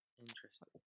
interesting